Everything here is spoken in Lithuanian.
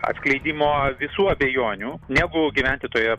atskleidimo visų abejonių negu gyventi toje